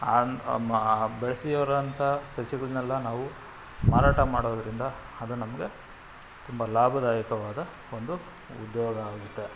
on ಮ ಬೆಳೆಸಿರೋವಂಥ ಸಸಿಗಳನೆಲ್ಲ ನಾವು ಮಾರಾಟ ಮಾಡೋದರಿಂದ ಅದು ನಮಗೆ ತುಂಬ ಲಾಭದಾಯಕವಾದ ಒಂದು ಉದ್ಯೋಗ ಆಗುತ್ತೆ